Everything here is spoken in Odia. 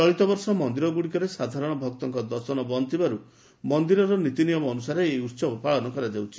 ଚଳିତବର୍ଷ ମନ୍ଦିରଗୁଡ଼ିକରେ ସାଧାରଣ ଭକ୍ତଙ୍କ ଦର୍ଶନ ବନ୍ଦ ଥିବାରୁ ମନ୍ଦିରର ନୀତି ନିୟମ ଅନୁସାରେ ଏହି ଉହବ ପାଳନ କରାଯାଉଛି